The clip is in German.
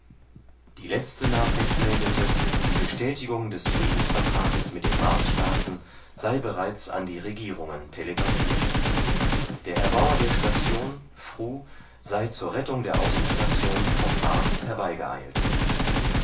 die letzte nachricht meldete die bestätigung des friedensvertrages mit den marsstaaten sei bereits an die regierungen telegraphiert der erbauer der station fru sei zur rettung der außenstation vom mars